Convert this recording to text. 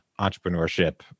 entrepreneurship